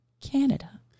Canada